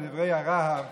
לדברי הרהב